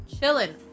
chilling